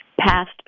past